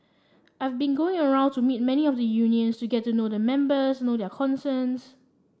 I've been going around to meet many of the unions to get to know the members know their concerns